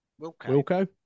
Wilco